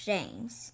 James